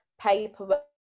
paperwork